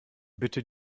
bitte